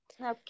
Okay